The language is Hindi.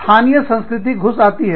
स्थानीय संस्कृति घुस आती है